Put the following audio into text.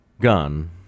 gun